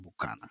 bucana